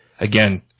again